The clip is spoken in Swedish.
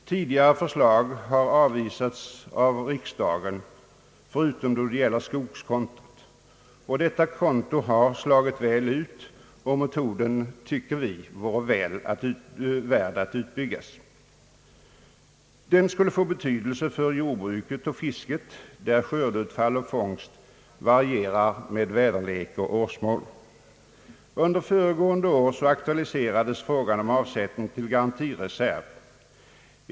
Tidigare förslag har avvisats av riksdagen utom när det gäller skogskontot. Detta konto har slagit väl ut och metoden vore, anser vi, väl värd att utbyggas. Den skulle få betydelse för jordbruket och fisket, där skördeutfall och fångst varierar med väderlek och år. I fjol aktualiserades frågan om avsättning till garantireserv.